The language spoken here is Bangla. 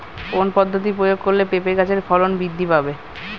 কোন পদ্ধতি প্রয়োগ করলে পেঁপে গাছের ফলন বৃদ্ধি পাবে?